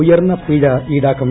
ഉയർന്ന പിഴ ഇൌടാക്കും